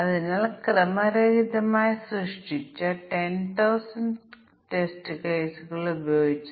അതിനാൽ ഈ ചോദ്യത്തിന് ഉത്തരം നൽകാൻ ഞങ്ങൾക്ക് യഥാർത്ഥത്തിൽ 5 ടെസ്റ്റ് കേസുകൾ ആവശ്യമാണ്